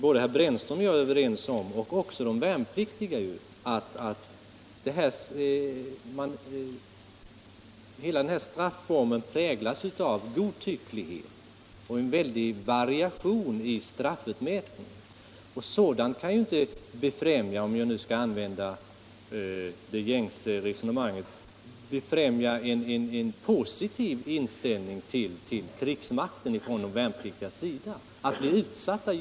Både herr Brännström och jag — och även de värnpliktiga — är överens om att hela den här strafformen präglas av godtycklighet och att det är en väldig variation i straffutmätningen. Att bli utsatt för denna godtycklighet kan ju inte — om jag nu skall använda det gängse resonemanget — befrämja en positiv inställning till krigsmakten från de värnpliktigas sida.